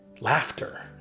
laughter